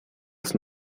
ist